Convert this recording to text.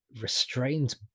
restrained